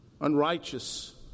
unrighteous